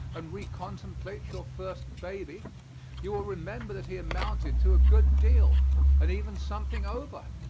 and recontemplate your first baby you will remember that he amounted to a good deal and even something over.